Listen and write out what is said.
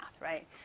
right